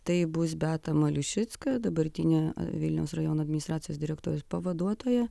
tai bus beata maliušicka dabartinė vilniaus rajono administracijos direktoriaus pavaduotoja